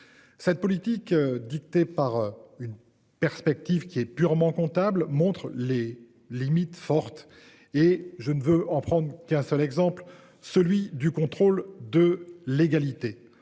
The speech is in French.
Cette politique dictée par une perspective qui est purement comptable montre les limites forte et je ne veux en prendre qu'un seul exemple celui du contrôle de légalité.